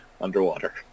Underwater